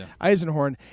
Eisenhorn